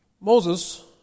Moses